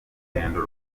urugendo